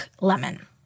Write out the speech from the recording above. lemon